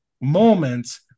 moments